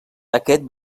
aquest